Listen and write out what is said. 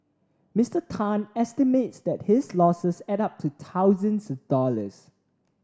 Mister Tan estimates that his losses add up to thousands of dollars